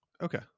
Okay